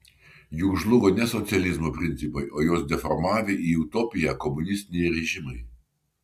juk žlugo ne socializmo principai o juos deformavę į utopiją komunistiniai režimai